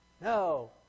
No